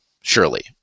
surely